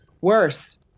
Worse